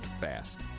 fast